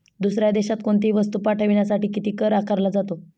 दुसऱ्या देशात कोणीतही वस्तू पाठविण्यासाठी किती कर आकारला जातो?